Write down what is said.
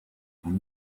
and